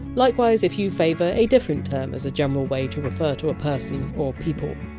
likewise if you favour a different term as a general way to refer to a person or people.